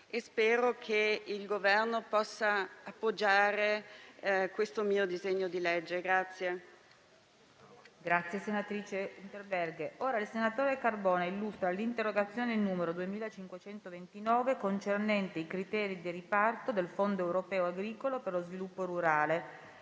Spero che il Governo possa appoggiare questo mio disegno di legge.